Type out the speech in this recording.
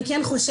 אני כן חושבת,